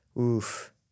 oof